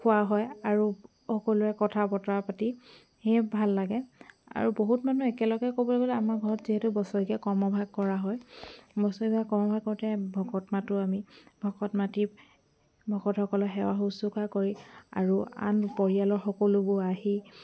খোৱা হয় আৰু সকলোৱে কথা বতৰা পাতি সেয়ে ভাল লাগে আৰু বহুত মানুহ একেলগে ক'বলৈ গ'লে যিহেতু বছৰেকীয়া কৰ্মভাগ কৰা হয় বছৰেকীয়া কৰ্মভাগ কৰোঁতে ভকত মাতোঁ আমি ভকত মাতি ভকত সকলক সেৱা শুশ্ৰূষা কৰি আৰু আন পৰিয়ালৰ সকলোবোৰ আহি